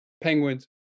Penguins